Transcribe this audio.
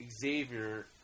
Xavier